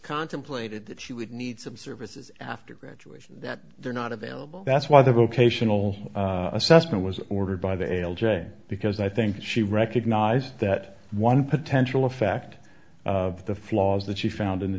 contemplated that she would need some services after graduation that they're not available that's why the vocational assessment was ordered by the l j because i think she recognized that one potential a fact of the flaws that she found in the